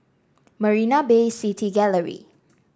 Marina Bay City Gallery